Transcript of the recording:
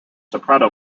soprano